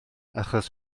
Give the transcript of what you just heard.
achos